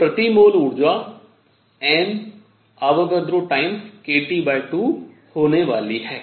तो प्रति मोल ऊर्जा N Avogadro times kT2 होने वाली है